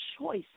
choice